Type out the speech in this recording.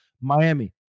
Miami